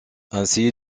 ainsi